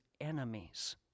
enemies